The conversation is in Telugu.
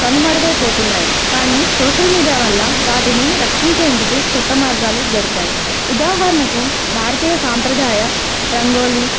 కనుమరుగైపోతున్నాయి కానీ సోషల్ మీడియా వల్ల వాటిని రక్షించేందుకు కొత్త మార్గాలు దొరికాయి ఉదాహరణకు భారతీయ సాంప్రదాయ రంగోలీ